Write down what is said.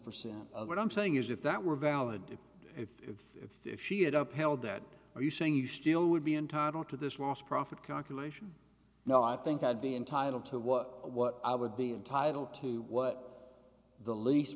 percent of what i'm saying is if that were valid if if if she it up held that are you saying you still would be entitled to this was profit calculation now i think i'd be entitled to what what i would be entitled to what the leas